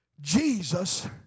Jesus